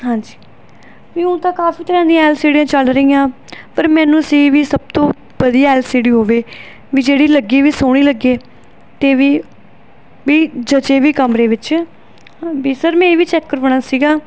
ਹਾਂਜੀ ਵੀ ਹੁਣ ਤਾਂ ਕਾਫੀ ਤਰ੍ਹਾਂ ਦੀਆਂ ਐਲ ਸੀ ਡੀ ਚੱਲ ਰਹੀਆਂ ਪਰ ਮੈਨੂੰ ਸੀ ਵੀ ਸਭ ਤੋਂ ਵਧੀਆ ਐਲ ਸੀ ਡੀ ਹੋਵੇ ਵੀ ਜਿਹੜੀ ਲੱਗੀ ਵੀ ਸੋਹਣੀ ਲੱਗੇ ਅਤੇ ਵੀ ਵੀ ਜਚੇ ਵੀ ਕਮਰੇ ਵਿੱਚ ਵੀ ਸਰ ਮੈਂ ਇਹ ਵੀ ਚੈੱਕ ਕਰਵਾਉਣਾ ਸੀਗਾ